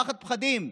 פחד פחדים.